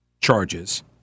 charges